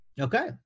Okay